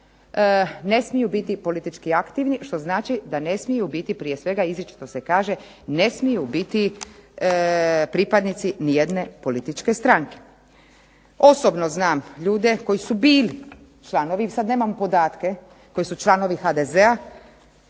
ne smiju biti politički aktivni, što znači da ne smiju biti prije svega, izričito se kaže ne smiju biti pripadnici ni jedne političke stranke. Osobno znam ljude koji su bili članovi, sad nemam podatke, koji su članovi HDZ-a